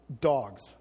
dogs